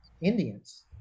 Indians